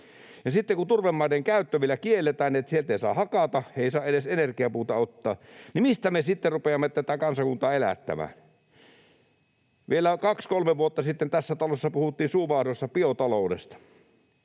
Sitten kun turvemaiden käyttö vielä kielletään, niin että sieltä ei saa hakata ja ei saa edes energiapuuta ottaa, niin mistä me sitten rupeamme tätä kansakuntaa elättämään? Vielä kaksi kolme vuotta sitten tässä talossa puhuttiin suu vaahdossa biotaloudesta.